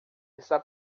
está